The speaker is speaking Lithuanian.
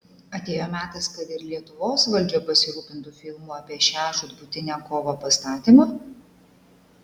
atėjo metas kad ir lietuvos valdžia pasirūpintų filmų apie šią žūtbūtinę kovą pastatymu